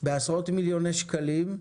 של עשרות מיליוני שקלים,